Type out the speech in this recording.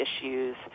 issues